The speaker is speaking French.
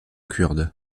kurde